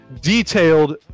detailed